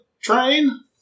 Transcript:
train